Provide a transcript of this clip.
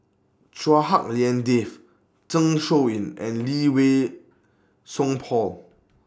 Chua Hak Lien Dave Zeng Shouyin and Lee Wei Song Paul